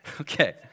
Okay